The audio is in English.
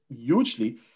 hugely